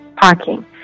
parking